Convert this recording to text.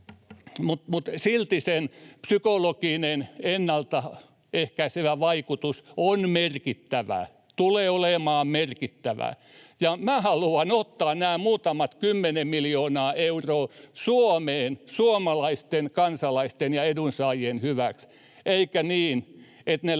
Silti sen psykologinen ennaltaehkäisevä vaikutus tulee olemaan merkittävä. Minä haluan ottaa nämä muutamat kymmenen miljoonaa euroa Suomeen suomalaisten kansalaisten ja edunsaajien hyväksi, eikä niin, että ne lähtevät